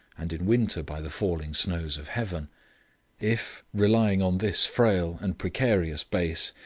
and in winter by the falling snows of heaven if, relying on this frail and precarious base,